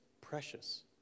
precious